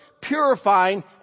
Purifying